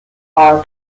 are